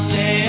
Say